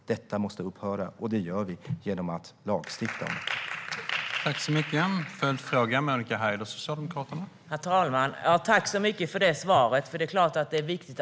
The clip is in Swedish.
Denna diskriminering måste upphöra, och det sker genom att vi lagstiftar mot det.